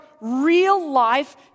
real-life